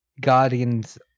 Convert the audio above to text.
guardians